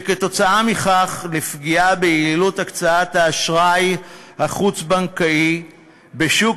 וכתוצאה מכך לפגיעה ביעילות הקצאת האשראי החוץ-בנקאי בשוק